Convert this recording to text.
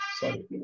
sorry